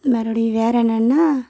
மறுபடியும் வேறு என்னெனா